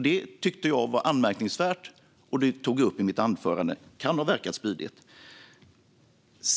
Detta tyckte jag var anmärkningsvärt, och det tog jag upp i mitt anförande. Det kan ha verkat spydigt.